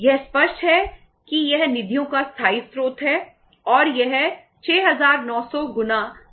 यह स्पष्ट है कि यह निधियों का स्थायी स्रोत है और यह 6900 गुणा 008 है